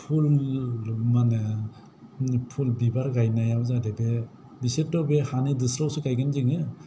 फुल मा होनो फुल बिबार गायनायाव जाहाथे बे बिसोरथ' बे हानि दोस्रावआवसो गायगोन जोङो